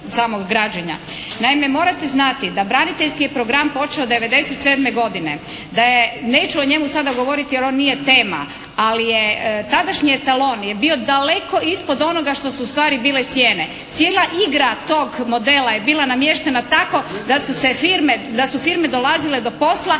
Naime morate znate da braniteljski je program počeo 1997. godine. Da je, neću o njemu sada govoriti jer on nije tema. Ali je tadašnji Etalon je bio daleko ispod onoga što su ustvari bile cijene. Cijela igra tog modela je bila namještena tako da su se firme, da su firme dolazile do posla.